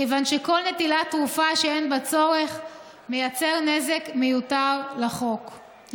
מכיוון שכל נטילת תרופה שאין בה צורך מייצרת נזק מיותר לגוף.